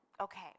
okay